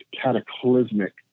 cataclysmic